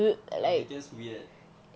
it's just weird